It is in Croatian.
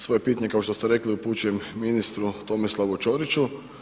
Svoje pitanje kao što rekli upućujem ministru Tomislavu Ćoriću.